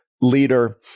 leader